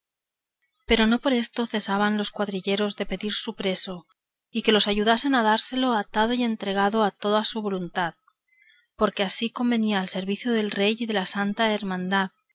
pero no por esto cesaban los cuadrilleros de pedir su preso y que les ayudasen a dársele atado y entregado a toda su voluntad porque así convenía al servicio del rey y de la santa hermandad